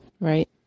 Right